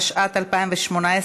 התשע"ט 2018,